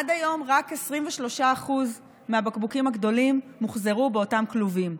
עד היום רק 23% מהבקבוקים הגדולים מוחזרו באותם כלובים.